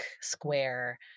square